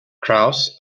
kraus